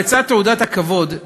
אבל לצד תעודת הכבוד,